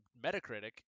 metacritic